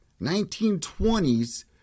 1920s